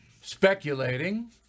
speculating